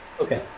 Okay